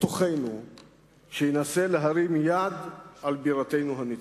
בתוכנו שינסה להרים יד על בירתנו הנצחית.